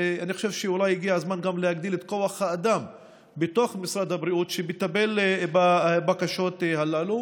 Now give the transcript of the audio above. ואני חושב שאולי הגיע הזמן גם להגדיל את כוח האדם שמטפל בבקשות הללו